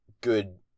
good